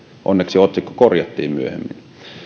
onneksi otsikko korjattiin myöhemmin